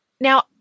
Now